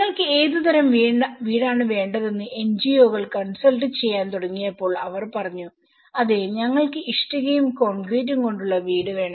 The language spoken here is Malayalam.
നിങ്ങൾക്ക് ഏതുതരം വീടാണ് വേണ്ടതെന്ന് എൻജിഒകൾ കൺസൾട്ട് ചെയ്യാൻ തുടങ്ങിയപ്പോൾ അവർ പറഞ്ഞു അതെ ഞങ്ങൾക്ക് ഇഷ്ടികയും കോൺക്രീറ്റും കൊണ്ടുള്ള വീട് വേണം